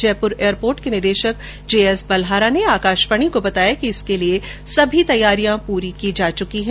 Jaipur airport के निदेशक J S Balhara ने आकाशवाणी को बताया कि इसके लिए सभी तैयारियां पूरी की जा चुकी है